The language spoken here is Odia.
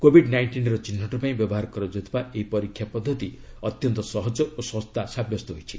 କୋବିଡ ନାଇଣ୍ଟିନର ଚିହ୍ନଟ ପାଇଁ ବ୍ୟବହାର କରାଯାଉଥିବା ଏହି ପରୀକ୍ଷା ପଦ୍ଧତି ଅତ୍ୟନ୍ତ ସହଜ ଓ ଶସ୍ତା ସାବ୍ୟସ୍ତ ହୋଇଛି